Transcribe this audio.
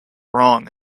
wrong